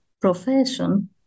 profession